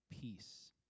peace